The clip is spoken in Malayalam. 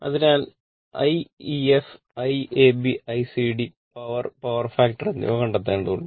അതിനാൽ I ef Iab Icd power power factor എന്നിവ കണ്ടെത്തേണ്ടതുണ്ട്